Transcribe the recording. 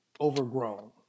overgrown